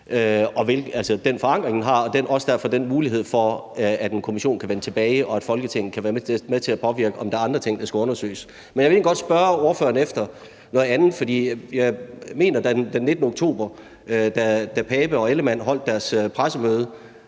den forankring, de har, og derfor også muligheden for, at en kommission kan vende tilbage, og at Folketinget kan være med til at påvirke, om der er andre ting, der skal undersøges. Men jeg vil egentlig godt spørge ordføreren om noget andet. For jeg mener da, at den 19. oktober, da hr. Søren Pape Poulsen